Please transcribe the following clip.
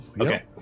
Okay